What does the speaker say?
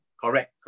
Correct